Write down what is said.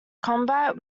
combat